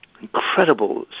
incredible